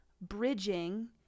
bridging